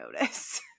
Notice